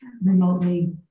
remotely